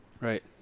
right